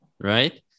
Right